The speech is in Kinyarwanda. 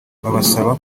babasaba